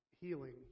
healing